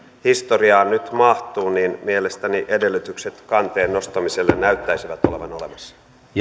historiaan nyt mahtuu niin mielestäni edellytykset kanteen nostamiselle näyttäisivät olevan olemassa